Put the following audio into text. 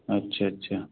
अच्छा अच्छा